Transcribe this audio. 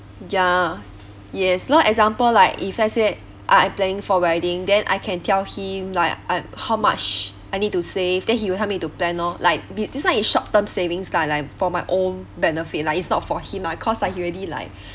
ya yes long example like if let's say I planning for wedding then I can tell him like I how much I need to save then he will help me to plan lor like be~ this one is short term savings lah like for my own benefit lah it's not for him lah cause like he already like